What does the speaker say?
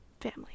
Family